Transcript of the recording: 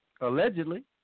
allegedly